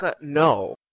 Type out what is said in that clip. no